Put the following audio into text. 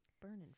burning